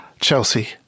Chelsea